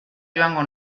joango